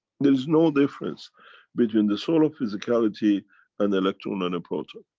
there is no difference between the soul of physicality and electron and a proton.